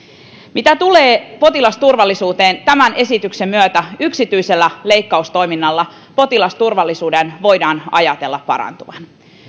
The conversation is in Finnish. mitä tulee potilasturvallisuuteen tämän esityksen myötä yksityisessä leikkaustoiminnassa potilasturvallisuuden voidaan ajatella parantuvan